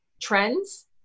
trends